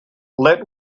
let